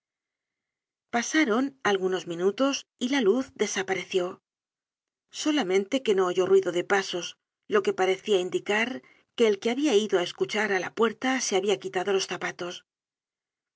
pasaron algunos minutos y la luz desapareció solamente que no oyó ruido de pasos lo que parecia indicar que el que habia ido á escu char á la puerta se habia quitado los zapatos